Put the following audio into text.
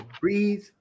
breathe